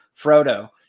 frodo